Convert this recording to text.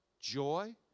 joy